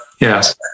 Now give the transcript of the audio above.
Yes